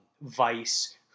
Vice